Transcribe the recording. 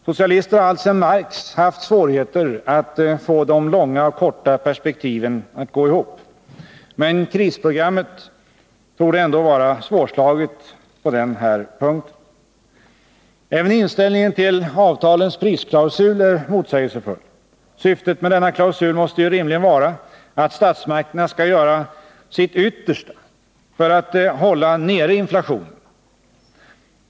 Socialister har alltsedan Marx haft svårigheter att få de långa och korta perspektiven att gå ihop — men krisprogrammet torde ändå vara svårslaget i detta hänseende. Även inställningen till avtalens prisklausul är motsägelsefull. Syftet med denna klausul måste rimligen vara att statsmakterna skall göra sitt yttersta för att hålla nere inflationen.